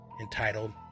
entitled